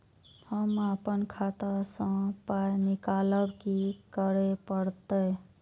हम आपन खाता स पाय निकालब की करे परतै?